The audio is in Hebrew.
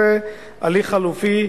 15) (הליך חלופי),